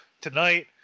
tonight